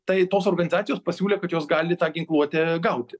tai tos organizacijos pasiūlė kad jos gali tą ginkluotę gauti